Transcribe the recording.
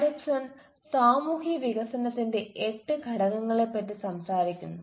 Ericsson സാമൂഹ്യവികസനത്തിന്റെ എട്ട് ഘട്ടങ്ങളെപ്പറ്റി സംസാരിക്കുന്നു